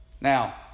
Now